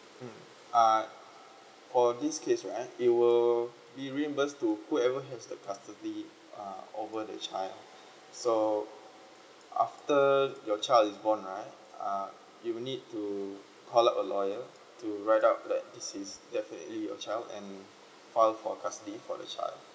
mm uh for this case right it will re reimbursed to whoever has the custody uh over the child so after your child is born right uh you need to call up a lawyer to write out that this definitely your child and file for custody for the child